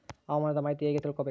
ಹವಾಮಾನದ ಮಾಹಿತಿ ಹೇಗೆ ತಿಳಕೊಬೇಕು?